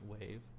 wave